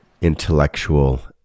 intellectual